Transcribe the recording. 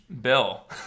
bill